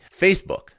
Facebook